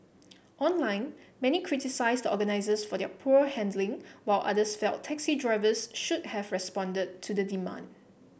online many criticised the organisers for their poor handling while others felt taxi drivers should have responded to the demand